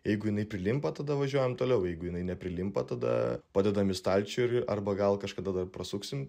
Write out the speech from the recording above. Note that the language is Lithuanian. jeigu jinai prilimpa tada važiuojam toliau jeigu jinai neprilimpa tada padedam į stalčių ir arba gal kažkada dar prasuksim